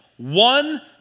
One